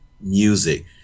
music